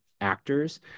actors